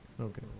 Okay